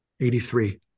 83